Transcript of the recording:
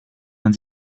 man